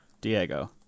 Diego